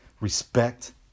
respect